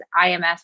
IMS